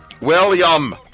William